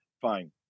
fine